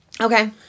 okay